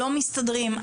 לא מסתדרים,